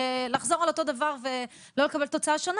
שלחזור על אותה טעות ולא לקבל תוצאה שונה